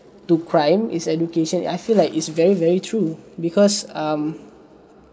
to crime is education I feel like it's very very true because um